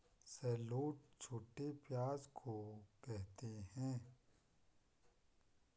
shallot छोटे प्याज़ को कहते है